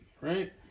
right